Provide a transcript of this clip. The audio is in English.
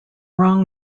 wrong